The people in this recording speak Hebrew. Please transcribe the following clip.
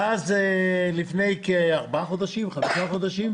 ואז לפני כארבעה חמישה חודשים,